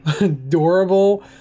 adorable